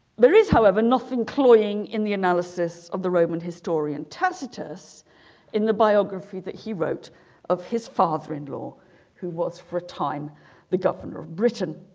there is however nothing cloying in the analysis of the roman historian tacitus in the biography that he wrote of his father-in-law who was for a time the governor of britain